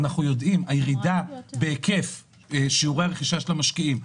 הירידה בהיקף שיעורי הרכישה של המשקיעים,